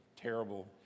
terrible